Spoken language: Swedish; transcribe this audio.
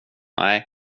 nej